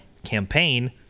Campaign